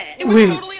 Wait